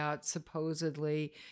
Supposedly